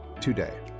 today